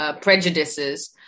prejudices